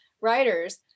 writers